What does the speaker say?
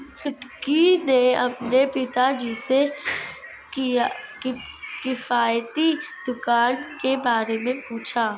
छुटकी ने अपने पिताजी से किफायती दुकान के बारे में पूछा